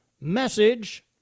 message